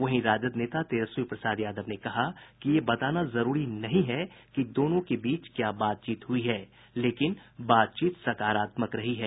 वहीं राजद नेता तेजस्वी प्रसाद यादव ने कहा कि ये बताना जरूरी नहीं है कि दोनों के बीच क्या बातचीत हुई है लेकिन बातचीत सकारात्मक रही है